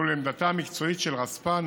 ואילו לעמדתה המקצועית של רספ"ן,